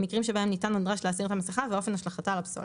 מקרים שבהם ניתן או נדרש להסיר את המסכה ואופן השלכתה לפסולת".